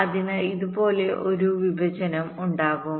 അതിനാൽ ഇതുപോലുള്ള ഒരു വിഭജനം ഉണ്ടാകും